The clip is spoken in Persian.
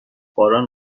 باران